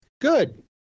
good